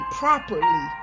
properly